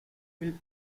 will